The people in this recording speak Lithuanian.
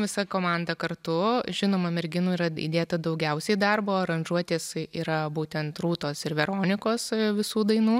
visa komanda kartu žinoma merginų yra įdėta daugiausiai darbo aranžuotės yra būtent rūtos ir veronikos visų dainų